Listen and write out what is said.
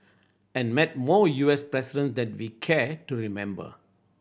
and met more U S presidents that we care to remember